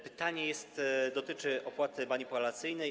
Pytanie dotyczy opłaty manipulacyjnej.